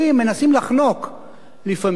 מנסים לחנוק לפעמים.